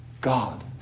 God